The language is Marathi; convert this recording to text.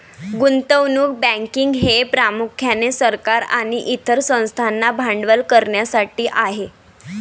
गुंतवणूक बँकिंग हे प्रामुख्याने सरकार आणि इतर संस्थांना भांडवल करण्यासाठी आहे